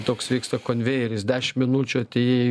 toks vyksta konvejeris dešim minučių atėjai